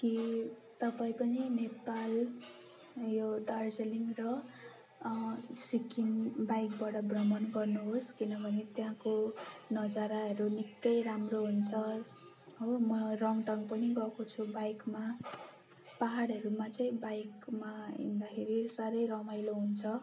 कि तपाईँ पनि नेपाल यो दार्जिलिङ र सिक्किम बाइकबाट भ्रमण गर्नुहोस् किनभने त्यहाँको नजाराहरू निक्कै राम्रो हुन्छ हो म रङटङ पनि गएको छु बाइकमा पाहाडहरूमा चाहिँ बाइकमा हिँड्दाखेरि साह्रै रमाइलो हुन्छ